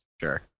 Sure